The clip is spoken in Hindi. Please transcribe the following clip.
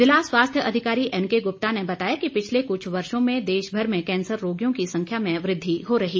जिला स्वास्थ्य अधिकारी एनकेगुप्ता ने बताया कि पिछले कछु वर्षो में देश भर में कैंसर रोगियों की संरव्या में वृद्धि हो रही है